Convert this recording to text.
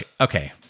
okay